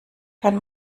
kann